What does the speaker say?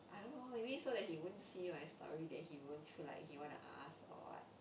I don't know maybe so that he won't see my story then he won't feel like he wanna ask or what